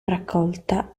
raccolta